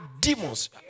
demons